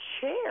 chair